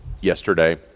yesterday